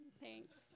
Thanks